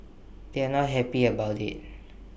they're not happy about IT